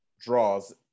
draws